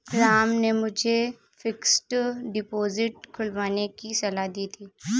राम ने मुझे fixed deposit खुलवाने की सलाह दी थी